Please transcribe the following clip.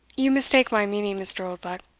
you mistake my meaning, mr. oldbuck,